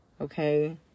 okay